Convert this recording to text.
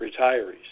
retirees